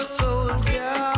soldier